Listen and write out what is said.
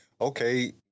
okay